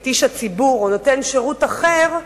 את איש הציבור או נותן שירות אחר,